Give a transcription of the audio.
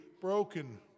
broken